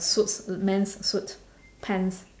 suits men's suit pants